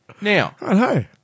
Now